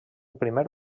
primer